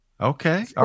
Okay